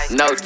no